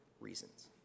reasons